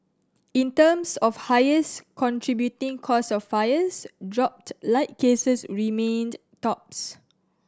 in terms of highest contributing cause of fires dropped light cases remained tops